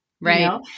Right